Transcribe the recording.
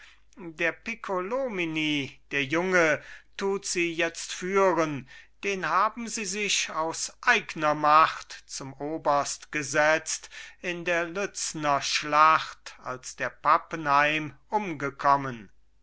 der piccolomini der junge tut sie jetzt führen den haben sie sich aus eigner macht zum oberst gesetzt in der lützner schlacht als der pappenheim umgekommen